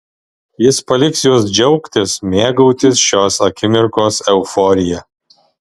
jis paliks juos džiaugtis mėgautis šios akimirkos euforija